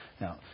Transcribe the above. Now